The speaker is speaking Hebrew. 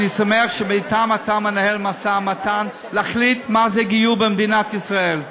אני שמח שאתם אתה מנהל משא-ומתן להחליט מה זה גיור במדינת ישראל.